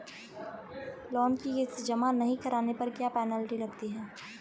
Loan की किश्त जमा नहीं कराने पर क्या पेनल्टी लगती है?